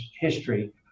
history